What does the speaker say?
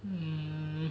mm